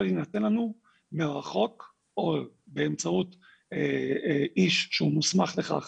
להינתן לנו מרחוק או באמצעות איש שהוא מוסמך לכך